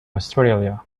australia